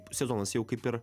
sezonas jau kaip ir